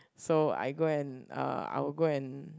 so I go and uh I will go and